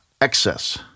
excess